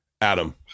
Adam